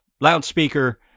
loudspeaker